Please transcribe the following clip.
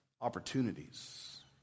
opportunities